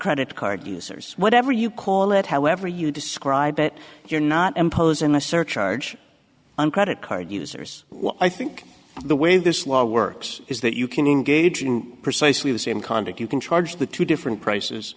credit card users whatever you call it however you describe it you're not imposing a surcharge on credit card users well i think the way this law works is that you can engage in precisely the same conduct you can charge the two different prices